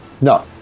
No